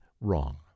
wrong